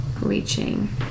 reaching